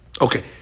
Okay